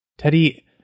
Teddy